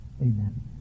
amen